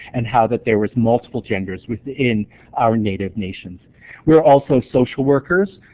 and how that there were multiple genders within our native nations. we were also social workers.